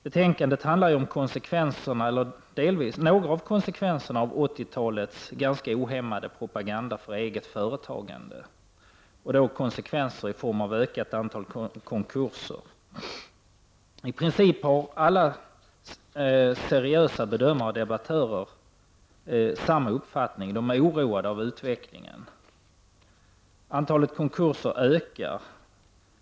Betänkandet handlar ju om några av konsekvenserna av 80-talets ganska ohämmade propaganda för eget företagande, nämligen konsekvenser i form av ett ökat antal konkurser. I princip har alla seriösa bedömare och debattörer i detta sammanhang samma uppfattning: De är oroade över utvecklingen. Antalet konkurser ökar.